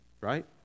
right